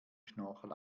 schnorchel